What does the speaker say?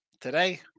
today